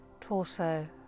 torso